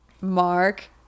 Mark